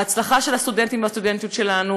ההצלחה של הסטודנטים והסטודנטיות שלנו